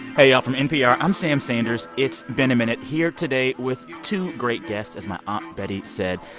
hey, y'all. from npr, i'm sam sanders it's been a minute. here today with two great guests, as my aunt betty said,